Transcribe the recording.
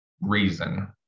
reason